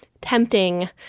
tempting